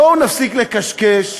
בואו נפסיק לקשקש,